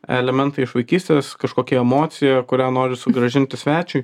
elementai iš vaikystės kažkokia emocija kurią noriu sugrąžinti svečiui